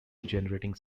generating